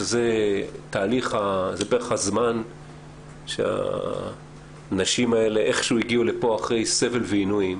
שזה בערך הזמן שהנשים האלה הגיעו לפה אחרי סבל ועינויים.